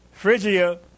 Phrygia